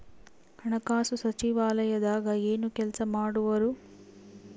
ಹಣಕಾಸು ಸಚಿವಾಲಯದಾಗ ಏನು ಕೆಲಸ ಮಾಡುವರು?